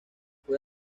fue